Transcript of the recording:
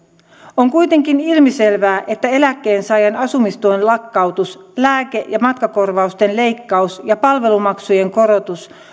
on kuitenkin ilmiselvää että eläkkeensaajien asumistuen lakkautus lääke ja matkakorvausten leikkaus ja palvelumaksujen korotus